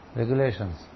regulations